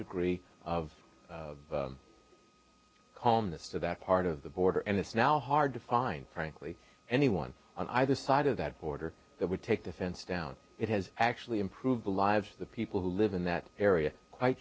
degree of calmness to that part of the border and it's now hard to find frankly anyone on either side of that border that would take the fence down it has actually improved the lives of the people who live in that area quite